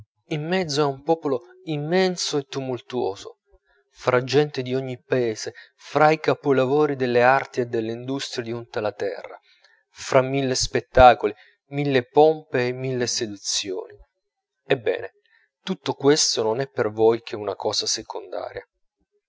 in mezzo a un popolo immenso e tumultuoso fra gente di ogni paese fra i capolavori delle arti e delle industrie di unta la terra fra mille spettacoli mille pompe o mille seduzioni ebbene tutto questo non è per voi che una cosa secondaria